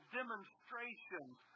demonstrations